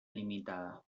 limitada